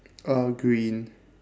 uh green